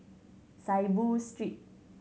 Saiboo Street